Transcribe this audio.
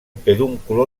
pedúnculo